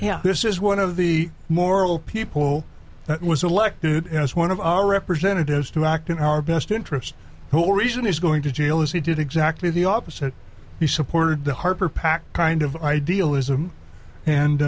yeah this is one of the moral people that was elected as one of our representatives to act in our best interest who reason is going to jail is he did exactly the opposite he supported the harper pact kind of idealism